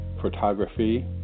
photography